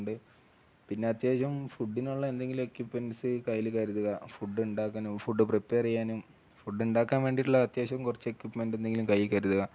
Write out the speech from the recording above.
പിന്നെ അത്യാവശ്യം ഫുഡിനുള്ള എന്തെങ്കിലും എക്യപ്മെന്റ്സ് കയ്യില് കരുതുക ഫുഡ് ഉണ്ടാക്കാനും ഫുഡ് പ്രിപ്പെയറെയ്യാനും ഫുഡ് ഇണ്ടാക്കാൻ വേണ്ടിയിട്ടുള്ള അത്യാവശ്യം കുറച്ച് എക്യിപ്മെന്റ് എന്തെങ്കിലും കൈയില് കരുതുക